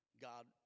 God